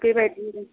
बेबादिनो